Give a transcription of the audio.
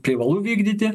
privalu vykdyti